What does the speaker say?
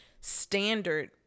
standard